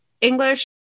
English